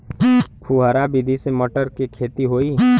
फुहरा विधि से मटर के खेती होई